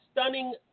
stunning